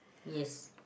yes